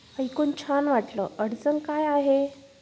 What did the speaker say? ऐकून छान वाटलं अडचण काय आहे